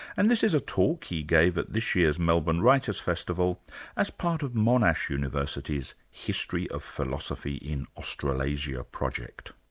and this is a talk he gave at this year's melbourne writers' festival as part of monash university's history of philosophy in australasia project.